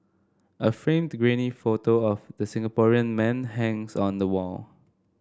a framed grainy photo of the Singaporean man hangs on the wall